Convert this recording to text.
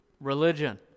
religion